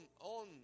on